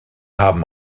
haben